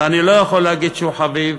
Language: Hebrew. ואני לא יכול להגיד שהוא חביב,